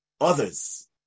others